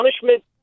punishment